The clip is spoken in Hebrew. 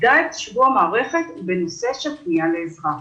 ומיקדה את שבוע המערכת בנושא של פנייה לעזרה,